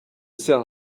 sell